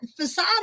facade